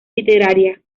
literaria